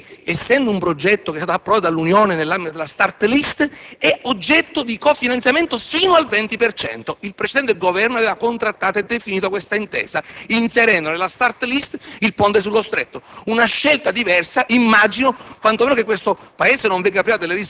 perché, essendo un progetto che è stato approvato dall'Unione Europea nell'ambito della *start list*, è oggetto di cofinanziamento fino al 20 per cento. Il precedente Governo aveva contrattato e definito questa intesa, inserendo nella *start list* il ponte sullo Stretto. Con una scelta diversa, immagino che il Paese